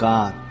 God